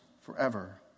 forever